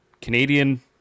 Canadian